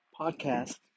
podcast